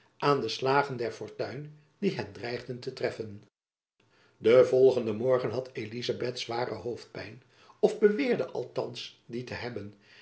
aan de slagen der fortuin die hen dreigden te treffen jacob van lennep elizabeth musch den volgenden morgen had elizabeth zware hoofdpijn of beweerde althands die te hebben